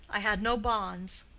i had no bonds.